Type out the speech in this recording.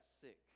sick